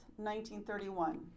1931